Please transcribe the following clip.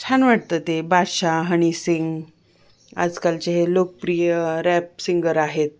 छान वाटतं ते बादशहा हनी सिंग आजकालचे हे लोकप्रिय रॅप सिंगर आहेत